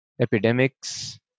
epidemics